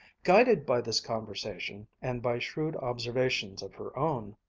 guided by this conversation, and by shrewd observations of her own,